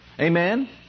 Amen